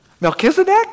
Melchizedek